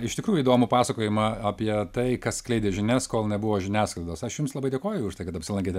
iš tikrųjų įdomų pasakojimą apie tai kas skleidė žinias kol nebuvo žiniasklaidos aš jums labai dėkoju už tai kad apsilankėte